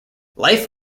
life